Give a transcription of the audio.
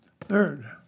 Third